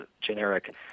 generic